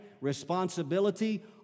responsibility